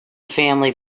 family